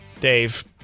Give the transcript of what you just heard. Dave